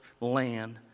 land